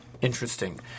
Interesting